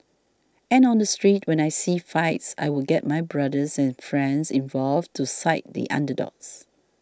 and on the street when I see fights I would get my brothers and friends involved to side the underdogs